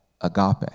agape